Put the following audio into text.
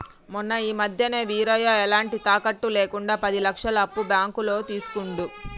మొన్న ఈ మధ్యనే వీరయ్య ఎలాంటి తాకట్టు లేకుండా పది లక్షల అప్పు బ్యాంకులో తీసుకుండు